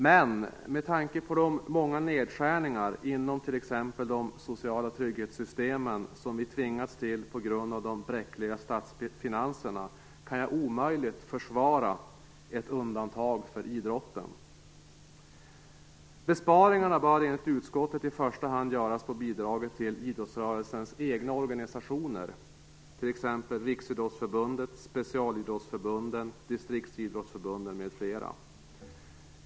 Men med tanke på de många nedskärningar, inom t.ex. de sociala trygghetssystemen, som vi tvingats till på grund av de bräckliga statsfinanserna kan jag omöjligt försvara ett undantag för idrotten. Besparingarna bör, enligt utskottet, i första hand göras på bidraget till idrottsrörelsens egna organisationer, t.ex. Riksidrottsförbundet, specialidrottsförbunden, distriktsidrottsförbunden m.fl.